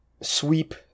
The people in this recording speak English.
sweep